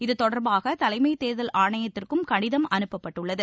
இதுதொடர்பாக தலைமை தேர்தல் ஆணையத்திற்கும் கடிதம் அனுப்பப்பட்டுள்ளது